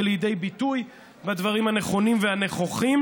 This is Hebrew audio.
לידי ביטוי בדברים הנכונים והנכוחים.